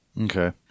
Okay